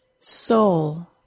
soul